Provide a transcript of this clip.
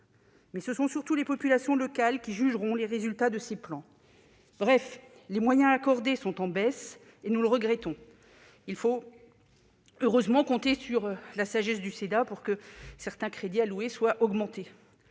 Mais ce sont surtout les populations locales qui jugeront les résultats de ces plans. Bref, les moyens accordés sont en baisse et nous le regrettons. On peut heureusement compter sur la sagesse du Sénat pour que certains crédits alloués soient augmentés.